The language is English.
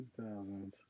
2000s